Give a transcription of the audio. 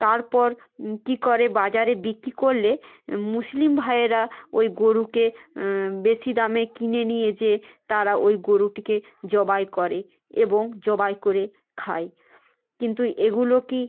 তারপর কী করে বাজারে বিক্রি করলে মুসলিম ভাইয়েরা ওই গোরুকে বেশি দামে কিনে নিয়ে যেয়ে তারা ওই গোরুটিকে জবাই করে এবং জবাই করে খায় কিন্তু এগুলো কি